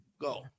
Go